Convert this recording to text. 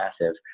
massive